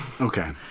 Okay